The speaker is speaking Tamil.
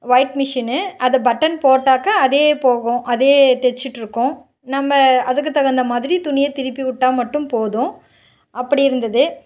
ஒயிட் மிஷினு அது பட்டன் போட்டாக்க அதே போகும் அதே தச்சிட்ருக்கும் நம்ம அதுக்குத் தகுந்த மாதிரி துணியை திருப்பிவிட்டா மட்டும் போதும் அப்படி இருந்தது